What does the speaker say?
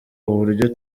uburyo